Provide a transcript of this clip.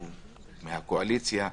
שהוא מהקואליציה,